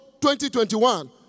2021